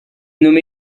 nommé